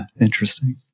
Interesting